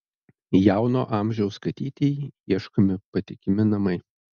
jauno amžiaus katytei ieškomi patikimi namai